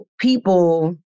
people